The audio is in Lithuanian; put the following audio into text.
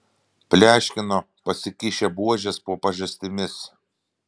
pleškino pasikišę buožes po pažastimis